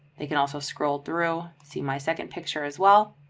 they can also scroll through see my second picture as well.